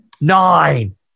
Nine